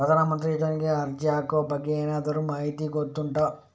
ಪ್ರಧಾನ ಮಂತ್ರಿ ಯೋಜನೆಗೆ ಅರ್ಜಿ ಹಾಕುವ ಬಗ್ಗೆ ಏನಾದರೂ ಮಾಹಿತಿ ಗೊತ್ತುಂಟ?